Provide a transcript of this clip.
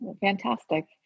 Fantastic